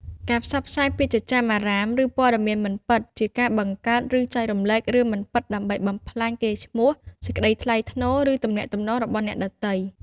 ការផ្សព្វផ្សាយពាក្យចចាមអារ៉ាម ឬព័ត៌មានមិនពិតជា ការបង្កើត ឬចែករំលែករឿងមិនពិតដើម្បីបំផ្លាញកេរ្តិ៍ឈ្មោះ សេចក្តីថ្លៃថ្នូរ ឬទំនាក់ទំនងរបស់អ្នកដទៃ។